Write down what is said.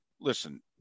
listen